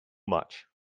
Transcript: much